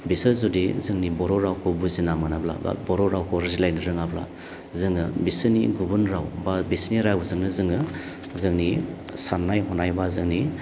बिसोर जुदि जोंनि बर' रावखौ बुजिना मोनाब्ला बा बर' रावखौ रायज्लायनो रोङाबा जोङो बिसोरनि गुबुन राव बा बिसोरनि रावजोंनो जोङो जोंनि साननाय हनाय एबा जोंनि